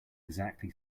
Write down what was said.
exactly